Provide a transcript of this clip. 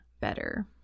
better